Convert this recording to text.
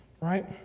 right